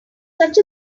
such